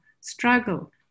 struggle